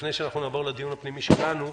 לפני שנעבור לדיון הפנימי שלנו,